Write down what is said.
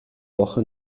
woche